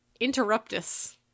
Interruptus